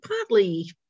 partly